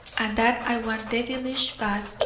and that i want devilish bad,